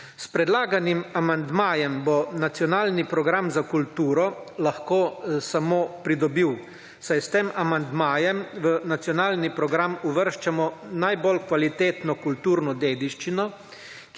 S predlaganim amandmajem bo Nacionalni program za kulturo lahko samo pridobil, saj s tem amandmajem v nacionalno program uvrščamo najbolj kvalitetno kulturno dediščino,